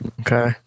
Okay